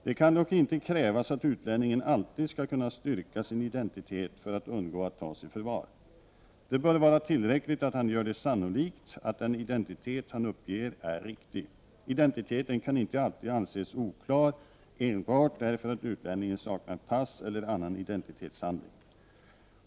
Det kan dock inte krävas att utlänningen alltid skall kunna styrka sin identitet för att undgå att tas i förvar. Det bör vara tillräckligt att han gör det sannolikt att den identitet han uppger är riktig. Identiteten kan inte alltid anses oklar enbart därför att utlänningen saknar pass eller annan identitetshandling.